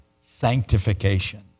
sanctification